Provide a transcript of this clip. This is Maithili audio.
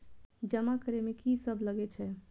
जमा करे में की सब लगे छै?